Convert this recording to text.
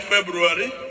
February